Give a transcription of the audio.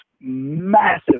massive